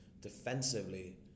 defensively